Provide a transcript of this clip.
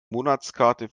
monatskarte